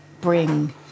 bring